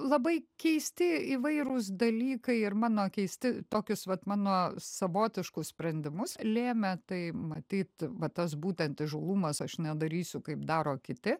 labai keisti įvairūs dalykai ir mano keisti tokius vat mano savotiškus sprendimus lėmė tai matyt va tas būtent įžūlumas aš nedarysiu kaip daro kiti